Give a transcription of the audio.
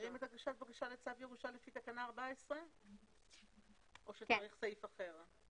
מחזירים את הבקשה לצו ירושה לפי תקנה 14 או שצריך סעיף אחר?